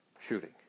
shooting